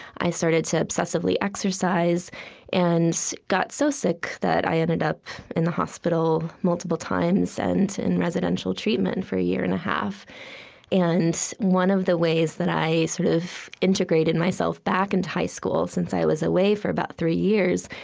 i started to obsessively exercise and got so sick that i ended up in the hospital multiple times and in residential treatment for a year and a half and one of the ways that i sort of integrated myself back into high school, since i was away for about three years,